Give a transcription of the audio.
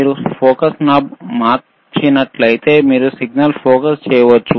మీరు focus knob మార్చినట్లయితేమీరు signal focus చేయవచ్చు